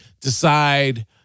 decide